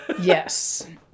Yes